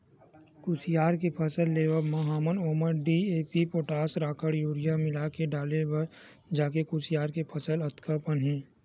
कुसियार के फसल लेवब म हमन ह ओमा डी.ए.पी, पोटास, राखड़, यूरिया मिलाके डालेन तब जाके कुसियार के फसल अतका पन हे